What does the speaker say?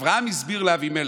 אברהם הסביר לאבימלך,